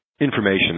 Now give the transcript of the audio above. information